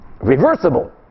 Reversible